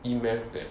E math that